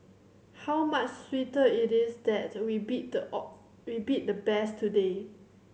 how much sweeter it is that we beat the we beat the best today